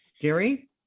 Gary